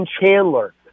Chandler